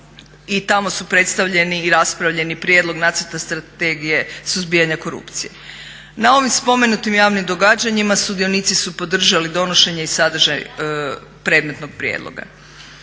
I tamo su predstavljeni i raspravljeni prijedlog nacrta Strategije suzbijanja korupcije. Na ovim spomenutim javnim događanjima sudionici su podržali donošenje i sadržaj predmetnog prijedloga.